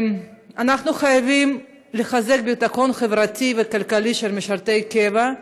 אנחנו חייבים לחזק את הביטחון החברתי והכלכלי של משרתי הקבע,